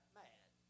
mad